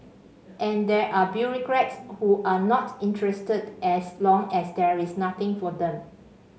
and there are bureaucrats who are not interested as long as there is nothing for them